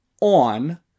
on